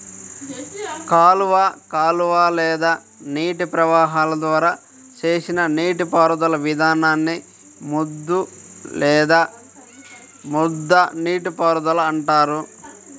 కాలువ కాలువ లేదా నీటి ప్రవాహాల ద్వారా చేసిన నీటిపారుదల విధానాన్ని ముద్దు లేదా ముద్ద నీటిపారుదల అంటారు